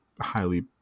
highly